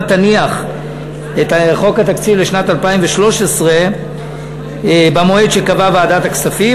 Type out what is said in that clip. תניח את חוק התקציב לשנת 2013 במועד שקבעה ועדת הכספים,